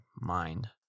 mind